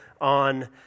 on